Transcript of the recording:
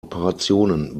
operationen